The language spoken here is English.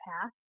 path